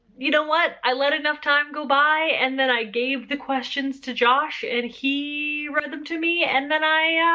you know what, i let enough time go by and then i gave the questions to josh and he read them to me and then i